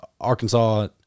Arkansas